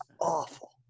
awful